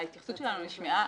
ההתייחסות שלנו נשמעה,